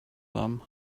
them